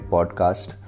Podcast